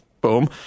Boom